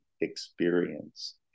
experience